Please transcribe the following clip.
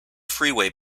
freeway